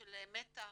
של מתח